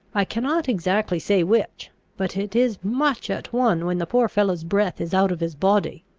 i cannot exactly say which but it is much at one when the poor fellow's breath is out of his body.